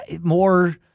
more